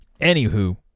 anywho